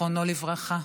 זיכרונו לברכה.